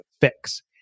fix